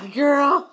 girl